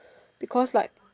because like